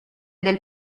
del